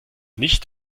nicht